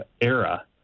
era